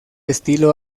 estilo